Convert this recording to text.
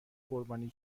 قربانی